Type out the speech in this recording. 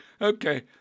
Okay